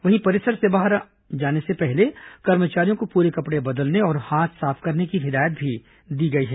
वहीं परिसर से बाहर जाने से पहले कर्मचारियों को पूरे कपड़े बदलने और हाथ साफ करने की हिदायत दी गई है